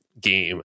game